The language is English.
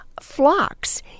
flocks